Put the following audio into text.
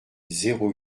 zéro